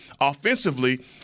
Offensively